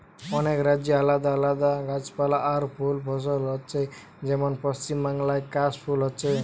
অনেক রাজ্যে আলাদা আলাদা গাছপালা আর ফুল ফসল হচ্ছে যেমন পশ্চিমবাংলায় কাশ ফুল হচ্ছে